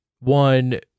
One